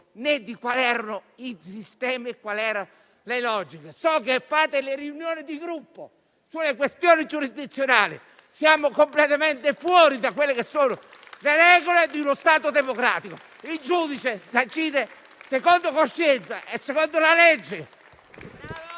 né di quali fossero i sistemi e le logiche. So che fate le riunioni di Gruppo sulle questioni giurisdizionali, siamo completamente fuori dalle regole di uno Stato democratico. Il giudice decide secondo coscienza e secondo la legge.